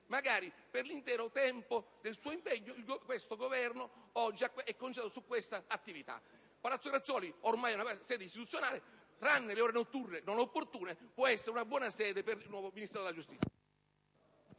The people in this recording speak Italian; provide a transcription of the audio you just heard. ministri. Per l'intero tempo del suo impegno, il Governo oggi è concentrato su questa attività. Palazzo Grazioli ormai è una sede istituzionale; tranne le ore notturne non opportune, può essere una buona sede per il nuovo Ministero della giustizia.